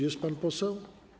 Jest pan poseł?